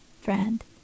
friend